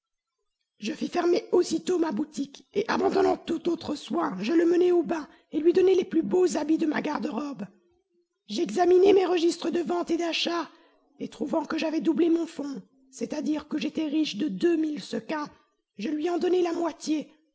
je fis fermer aussitôt ma boutique et abandonnant tout autre soin je le menai au bain et lui donnai les plus beaux habits de ma garde-robe j'examinai mes registres de vente et d'achat et trouvant que j'avais doublé mon fonds c'est-à-dire que j'étais riche de deux mille sequins je lui en donnai la moitié